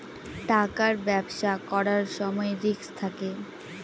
টাকার ব্যবসা করার সময় রিস্ক থাকে